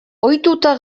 ohituta